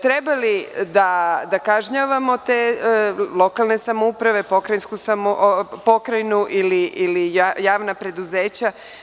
Trebali li da kažnjavamo te lokalne samouprave, Pokrajinu ili javna preduzeća?